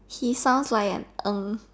he sounds like an Ng